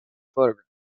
photographed